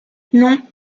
non